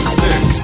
six